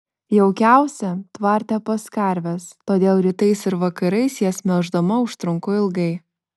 jaukiausia tvarte pas karves todėl rytais ir vakarais jas melždama užtrunku ilgai